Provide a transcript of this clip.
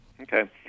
Okay